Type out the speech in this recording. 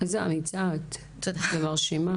איזה אמיצה את ומרשימה.